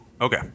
Okay